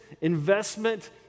investment